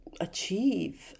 achieve